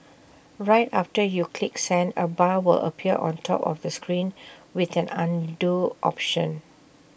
right after you click send A bar will appear on top of the screen with an Undo option